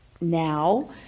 now